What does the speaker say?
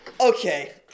okay